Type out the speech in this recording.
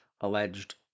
alleged